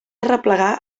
arreplegar